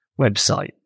website